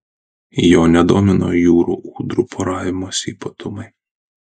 jo nedomino jūrų ūdrų poravimosi ypatumai